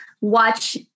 watch